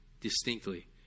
distinctly